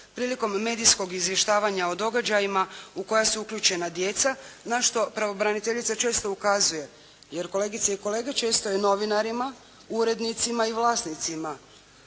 prilikom medijskog izvještavanja u medijima u koja su uključena djeca, na što pravobraniteljica često ukazuje, jer kolegice i kolege, često i novinarima, urednicima i vlasnicima